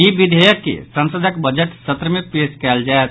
ई विधेयक के संसदक बजट सत्र मे पेश कयल जायत